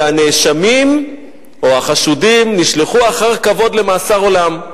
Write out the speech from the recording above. והנאשמים או החשודים נשלחו אחר כבוד למאסר עולם.